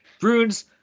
Bruins